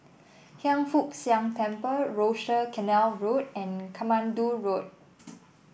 Hiang Foo Siang Temple Rochor Canal Road and Katmandu Road